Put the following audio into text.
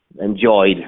enjoyed